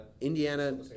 Indiana